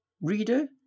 Reader